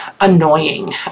annoying